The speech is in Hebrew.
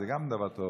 זה גם דבר טוב